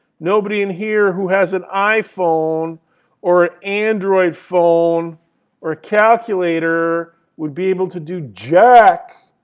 nobody in here who has an iphone or an android phone or calculator would be able to do jack